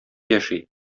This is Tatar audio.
яши